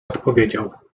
odpowiedział